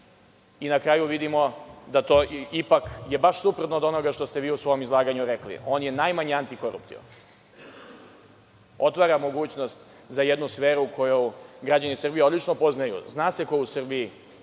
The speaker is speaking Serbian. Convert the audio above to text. i na kraju vidimo da je to baš suprotno od onoga što ste vi u svom izlaganju rekli. On je najmanje antikoruptivan. Otvara mogućnost za jednu sferu koju građani Srbije odlično poznaju. Zna se ko u Srbiji